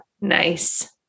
Nice